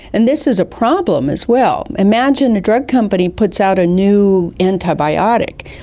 and this is a problem as well. imagine a drug company puts out a new antibiotic.